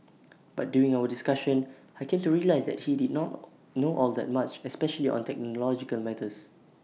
but during our discussion I came to realise that he did not know all that much especially on technological matters